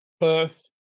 perth